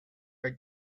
are